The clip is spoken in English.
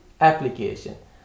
application